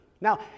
now